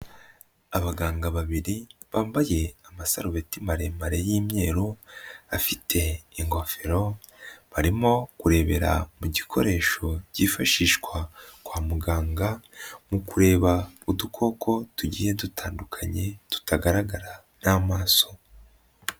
Abaganga babiri bambaye amasarubeti maremare y'imyeru, bafite ingofero barimo kurebera mu gikoresho cyifashishwa kwa muganga mu kureba udukoko tugiye dutandukanye tutagaragara n'amaso.